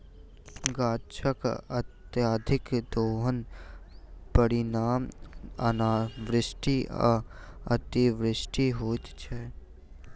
गाछकअत्यधिक दोहनक परिणाम अनावृष्टि आ अतिवृष्टि होइत छै